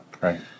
Right